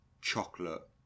chocolate